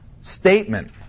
statement